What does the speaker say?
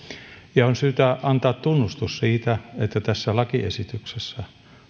ja on syytä antaa tunnustus siitä että tässä lakiesityksessä